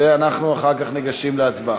ואנחנו אחר כך ניגשים להצבעה.